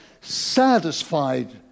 satisfied